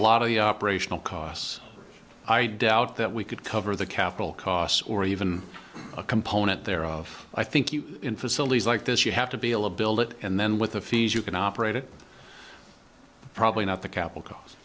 lot of the operational costs i doubt that we could cover the capital cost or even a component there of i think you in facilities like this you have to be able to build it and then with the fees you can operate it probably not the capital c